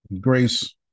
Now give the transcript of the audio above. Grace